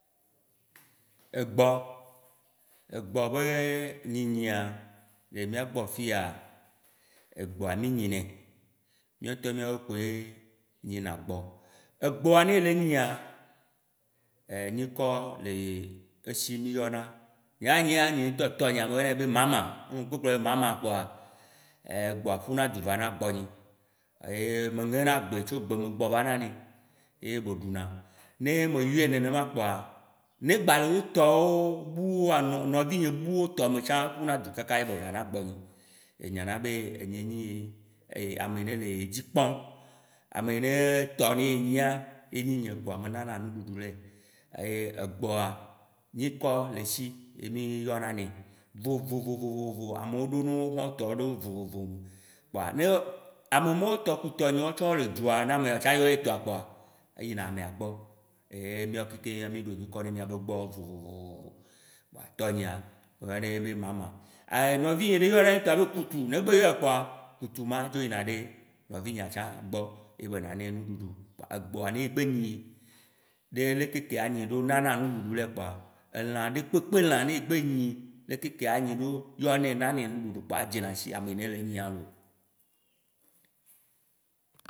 Egbɔ, egbɔ beee nyinyia le miagbɔ fiyaaa, egbɔa mi nyinɛ, miɔtɔ miɔ kpoe nyina gbɔ. Egbɔa nele nyia, er nyikɔ le esi miyɔna. Nyea nyea nye ŋtɔ tɔnyea meyɔ nɛ be mama. Mgbe gblɔ be mama pkoa er gboa ƒuna du vana gbɔnye. Yeeee meŋena gbe tso gbeme gbɔva nanɛ ye be ɖuna. Ne meyɔe nenema kpoa, ne gbanyi tɔwo buwo, alo nɔvinye buwo tɔme tsã, ƒuna du kakaa ye be vana gbɔnye, ye nyana be enye nyi ameyi nele ye dzi kpɔm, ameyi neee tɔ ye ye nyia, yenyi nye kpoa me nana nuɖuɖu nɛ. Eye egbɔa, nyikɔ le esi ye miyɔna nɛ vovovovovo. Amowo ɖo wotsã tɔ ɖewo vovovovovo, ne amemɔwo tɔ ku tɔynewo tsã wole dua na mea tsã yɔ yetɔa kpoa eyina amea gbɔ. Ehh miakekema mi ɖo nyikɔ na miaƒe gbɔwo vovovovovo, kpoa tɔnyea meyɔnɛ be mama. Nɔvinye ɖe yɔna ye tɔa be kputu, ne gbe yɔe kpɔa kputu ma dzo yina ɖe nɔvinyea tsã gbɔ ye be nanɛ nuɖuɖu. Kpoa egbɔa megbe nyi ɖe leke anyi ɖo nana nuɖuɖu le kpoa, alã ɖe kpekpe lã ɖe yi gbe nyi lekekea nyi ɖo yɔnɛ nana nuɖuɖu kpoa, edzena si ameyi ne le nyia looo.